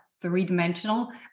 three-dimensional